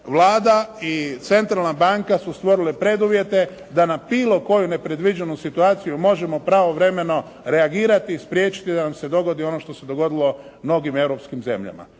Vlada i Centralna banka su stvorile preduvjete da na bilo koju nepredviđenu situaciju možemo pravovremeno reagirati i spriječiti da nam se dogodi ono što se dogodilo mnogim europskim zemljama.